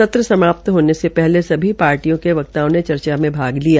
सत्र समाप्त होने से पहले सभी पार्टियों के वक्ताओं ने चर्चा में भाग लिय